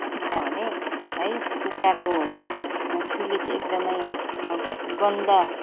है किनभने है कुखुराको सुली चाहिँ एकदम गन्दा